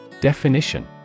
Definition